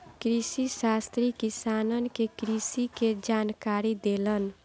कृषिशास्त्री किसानन के कृषि के जानकारी देलन